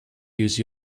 use